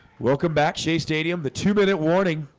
welcome back shea stadium the two-minute warning